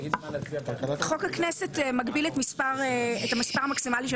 חוק הכנסת מגביל את המספר המקסימלי של